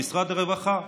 למשרד הרווחה,